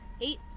Eight